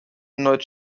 erneut